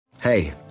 hey